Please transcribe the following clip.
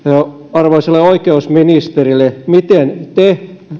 arvoisalle oikeusministerille miten te